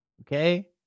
Okay